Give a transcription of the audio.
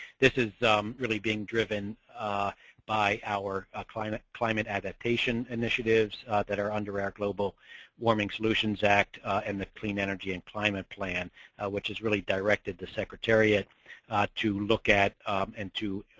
this is really being driven by our ah climate climate adaptation initiatives that are under our global warming solutions act and the clean energy and climate plan which is really directed to secretariat to look at and to